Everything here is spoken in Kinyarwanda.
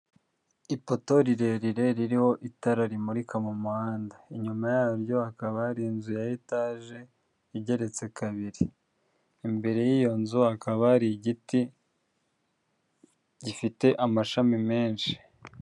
Ipoto rirerire ririho itara rimurika mu muhanda, inyuma yaryo hakaba hari inzu ya etage igeretse kabiri, imbere y'iyo nzu hakaba hari igiti gifite amashami menshi.